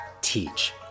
teach